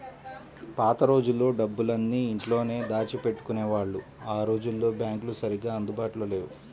పాత రోజుల్లో డబ్బులన్నీ ఇంట్లోనే దాచిపెట్టుకునేవాళ్ళు ఆ రోజుల్లో బ్యాంకులు సరిగ్గా అందుబాటులో లేవు